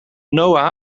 noah